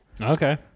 Okay